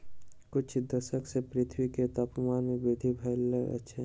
किछ दशक सॅ पृथ्वी के तापमान में वृद्धि भेल अछि